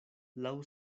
laŭ